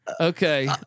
Okay